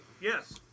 Yes